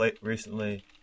recently